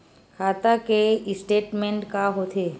खाता के स्टेटमेंट का होथे?